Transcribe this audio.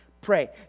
pray